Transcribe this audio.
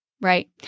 right